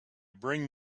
bring